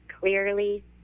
clearly